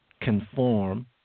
conform